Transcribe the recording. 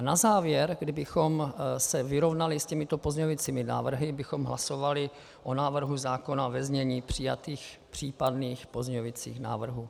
Na závěr, kdybychom se vyrovnali s těmito pozměňujícími návrhy, bychom hlasovali o návrhu zákona ve znění přijatých případných pozměňujících návrhů.